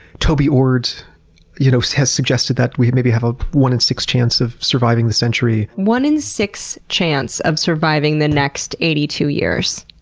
toby ord you know has suggested that we maybe have a one in six chance of surviving the century. one in six chance of surviving the next eighty two years?